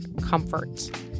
comfort